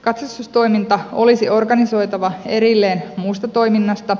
katsastustoiminta olisi organisoitava erilleen muusta toiminnasta